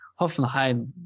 Hoffenheim